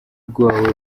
rwawe